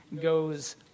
goes